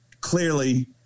clearly